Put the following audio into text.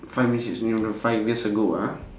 five minutes on the five years ago ah